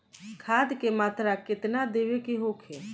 खाध के मात्रा केतना देवे के होखे?